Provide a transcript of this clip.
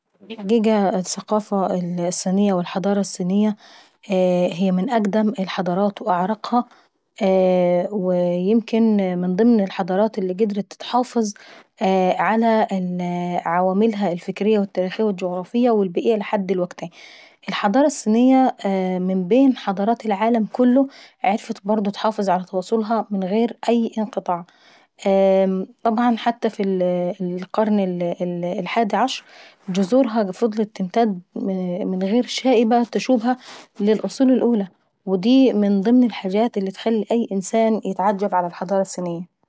الحقيقة الثقافة الصينية والحضارة الصينية هي من اقدم الحضارات واعرقها، ويمكن من ضمن الحضارات اللي قدرت اتحافظ على عواملها الفكرية والتاريخية والجغرافية والبيئية لحد دلوكتاي. الحضاروة الصينية من بين حضارات العالم كله عرفت اتحافظ على أصولها من غير أي انقطاع، طبعا حتى في القرن الاحداشر جورها فضلت تمتد من غير شائبة تشوبها للفصول الاولى. ودي من ضمن الحاجات اللي تخلي اي انسان يتعجب ع الحضارة الصينية.